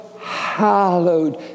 hallowed